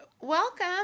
welcome